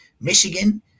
Michigan